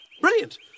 Brilliant